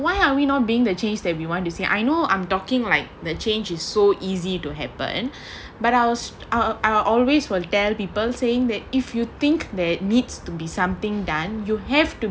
why are we not being the change that we wanted to say I know I'm talking like that change is so easy to happen but I will always will tell people saying that if you think that needs to be something done you have to